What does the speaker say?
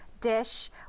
dish